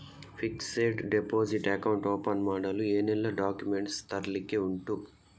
Fixed deposit account open ಮಾಡಲು ಏನೆಲ್ಲಾ documents ತರ್ಲಿಕ್ಕೆ ಉಂಟು?